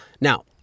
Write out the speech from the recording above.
Now